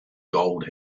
gold